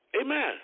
Amen